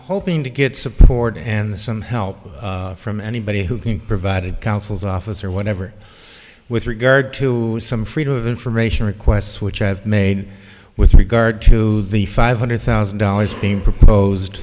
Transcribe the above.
hoping to get support and some help from anybody who can provide it counsel's office or whatever with regard to some freedom of information requests which i have made with regard to the five hundred thousand dollars being proposed